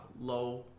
low